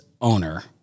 owner